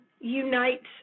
unites